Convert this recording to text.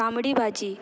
तांबडी भाजी